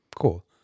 cool